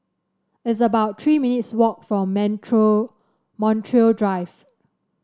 it's about Three minutes' walk for Montreal Drive